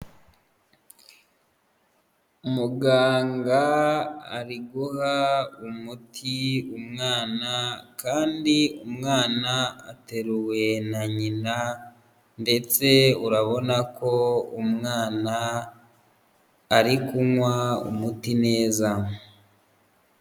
Umuganga ari guha umuti umwana kandi umwana ateruwe na nyina ndetse urabona ko umwana ari kunywa umuti neza.